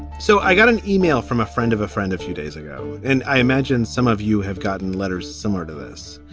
so i got an email from a friend of a friend a few days ago, and i imagine some of you have gotten letters similar to this.